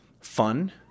fun